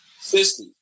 Sister